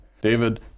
David